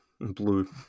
blue